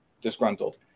disgruntled